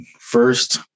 First